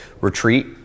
retreat